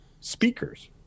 speakers